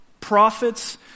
Prophets